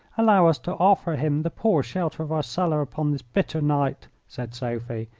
allow us to offer him the poor shelter of our cellar upon this bitter night, said sophie.